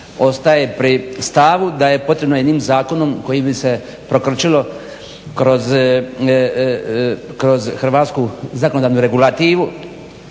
ostaje pri stavu da je potrebno jednim zakonom kojim bi se prokrčilo kroz hrvatsku zakonodavnu regulativu